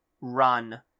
run